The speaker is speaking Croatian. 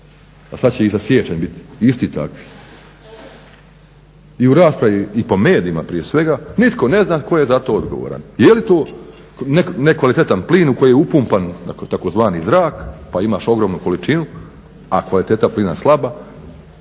a sad će i za siječanj biti isti takvi. I u raspravi i po medijima prije svega nitko ne zna tko je za to odgovoran. Je li to nekvalitetan plin u koji je upumpan tzv. vrag pa imaš ogromnu količinu, a kvaliteta plina slaba